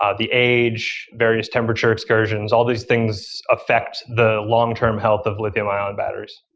ah the age, various temperature excursions. all these things affect the long-term health of lithium ion batteries.